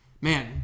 Man